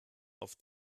auf